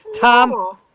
Tom